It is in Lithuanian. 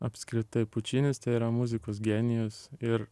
apskritai pučinis tai yra muzikos genijus ir